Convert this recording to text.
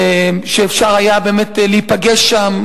שאפשר היה באמת להיפגש שם,